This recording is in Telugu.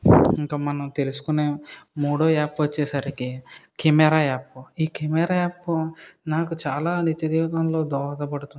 ఇంకా మనం తెలుసుకునే మూడో యాప్ వచ్చేసరికి కెమెరా యాప్ ఈ కెమెరా యాప్ నాకు చాలా నిత్య జీవితంలో దోహదపడుతుంది